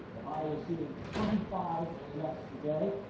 ohio was seeing twenty five deaths a day.